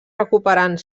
recuperant